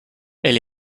elle